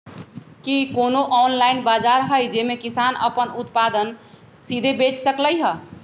कि कोनो ऑनलाइन बाजार हइ जे में किसान अपन उत्पादन सीधे बेच सकलई ह?